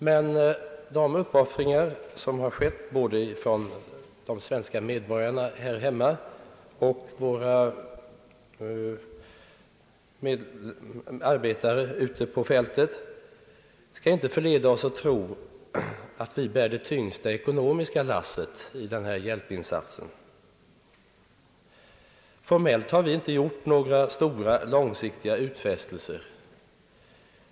Men de uppoffringar som våra medborgare här hemma och våra arbetare ute på fältet har gjort skall inte förleda oss att tro att vi bär det tyngsta ekonomiska lasset i denna hjälpinsats. Formellt har vi inte gjort några stora långsiktiga utfästelser.